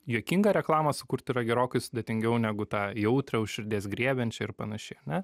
juokingą reklamą sukurt yra gerokai sudėtingiau negu tą jautrią už širdies griebiančią ir panašiai ar ne